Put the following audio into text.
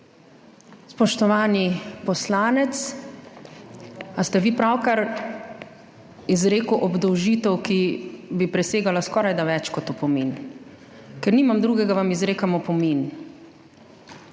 Spoštovani poslanec, ali ste vi pravkar izrekli obdolžitev, ki bi presegala skorajda več kot opomin? Ker nimam drugega, vam izrekam opomin.